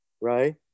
right